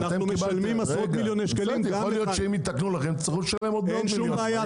תצטרכו לשלם- -- אין בעיה.